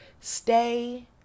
Stay